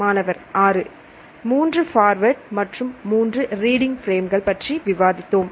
மாணவர் 6 3 ஃபார்வேர்ட் மற்றும் 3 ரீடிங் பிரேம்கள் பற்றி விவாதித்தோம்